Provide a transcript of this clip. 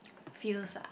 feels ah